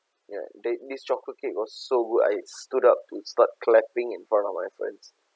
ya they this chocolate cake was so good I stood up to start clapping in front of my friends